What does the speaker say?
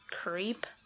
Creep